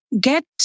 get